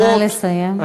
נא לסיים.